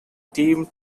team